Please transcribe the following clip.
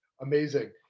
Amazing